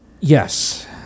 Yes